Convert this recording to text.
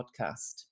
podcast